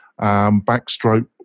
backstroke